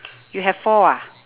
you have four ah